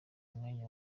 mwanya